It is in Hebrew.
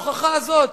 ההוכחה הזאת,